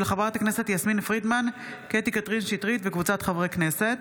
של חברות הכנסת יסמין פרידמן וקטי קטרין שטרית וקבוצת חברי הכנסת,